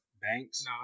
Banks